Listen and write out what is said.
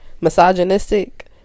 misogynistic